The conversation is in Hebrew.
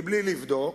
בלי לבדוק.